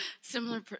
Similar